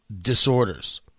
Disorders